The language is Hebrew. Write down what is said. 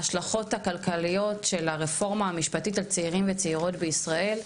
הכלכליות של הרפורמה המשפטית על צעירים וצעירות בישראל,